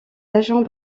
agents